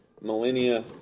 millennia